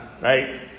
right